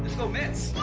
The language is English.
go mets!